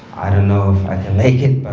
i don't know if i can make it,